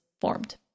formed